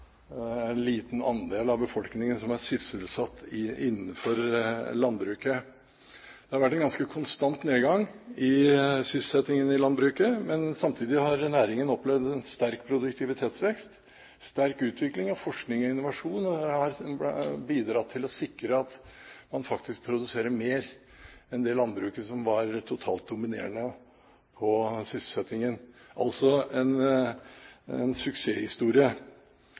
en liten andel av befolkningen, som er sysselsatt innenfor landbruket. Det har vært en ganske konstant nedgang i sysselsettingen i landbruket, men samtidig har næringen opplevd en sterk produktivitetsvekst, en sterk utvikling av forskning og innovasjon. Det har bidratt til å sikre at man faktisk produserer mer enn det landbruket som var totalt dominerende på sysselsetting – altså en suksesshistorie. Det er betydelig færre aktive utøvere. En